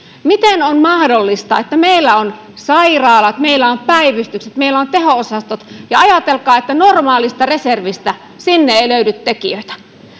miten on mahdollista että meillä on sairaalat meillä on päivystykset meillä on teho osastot ja ajatelkaa että normaalista reservistä sinne ei löydy tekijöitä